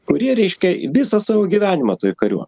kurie reiškia visą savo gyvenimą toj kariuo